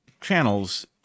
channels